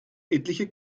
etliche